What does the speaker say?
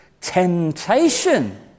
temptation